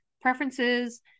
preferences